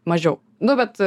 mažiau nu bet